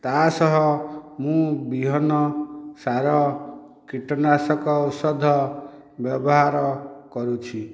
ତା ସହ ମୁଁ ବିହନ ସାର କୀଟନାଶକ ଔଷଧ ବ୍ୟବହାର କରୁଛି